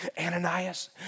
Ananias